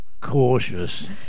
cautious